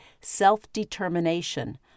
self-determination